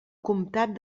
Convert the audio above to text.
comtat